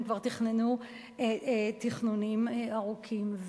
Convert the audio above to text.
הן כבר תכננו תכנונים ארוכים.